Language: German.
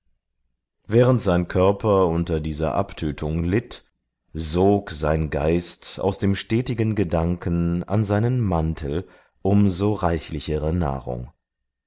während sein körper unter dieser abtötung litt sog sein geist aus dem stetigen gedanken an seinen mantel um so reichlichere nahrung